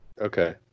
Okay